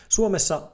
Suomessa